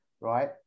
right